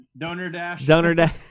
DonorDash